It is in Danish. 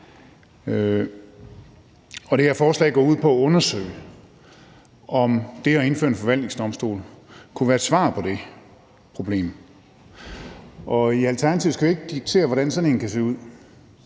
og det her forslag går ud på at undersøge, om det at indføre en forvaltningsdomstol kunne være et svar på det problem. I Alternativet skal vi ikke diktere, hvordan sådan en kan se ud.